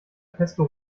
pesto